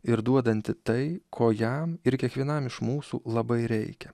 ir duodanti tai ko jam ir kiekvienam iš mūsų labai reikia